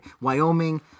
Wyoming